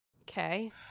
Okay